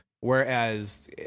whereas